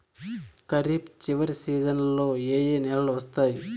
ఖరీఫ్ చివరి సీజన్లలో ఏ ఏ నెలలు వస్తాయి